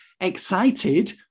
excited